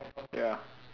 ya